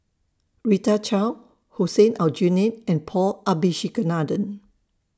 Rita Chao Hussein Aljunied and Paul Abisheganaden